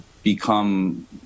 Become